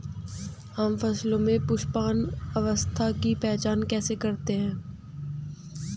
हम फसलों में पुष्पन अवस्था की पहचान कैसे करते हैं?